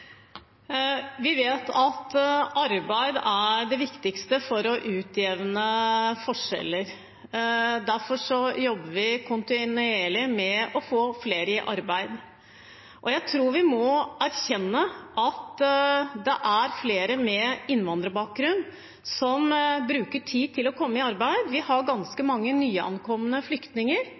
Vi vet at arbeid er det viktigste for å utjevne forskjeller. Derfor jobber vi kontinuerlig med å få flere i arbeid. Jeg tror vi må erkjenne at det er flere med innvandrerbakgrunn som bruker tid på å komme i arbeid. Vi har ganske mange nyankomne flyktninger.